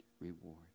reward